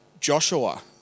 Joshua